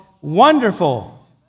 wonderful